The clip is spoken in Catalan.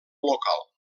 local